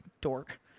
Dork